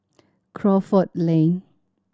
Crawford Lane